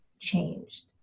changed